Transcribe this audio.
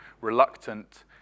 reluctant